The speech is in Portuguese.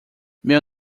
meu